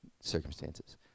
circumstances